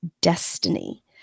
destiny